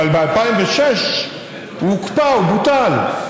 אבל ב-2006 הוא הוקפא, הוא בוטל.